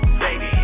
baby